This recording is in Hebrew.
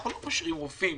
אנחנו לא קושרים רופאים